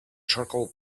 charcoal